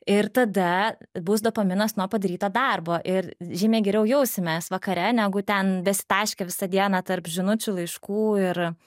ir tada bus dopaminas nuo padaryto darbo ir žymiai geriau jausimės vakare negu ten besitaškę visą dieną tarp žinučių laiškų ir